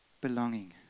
belonging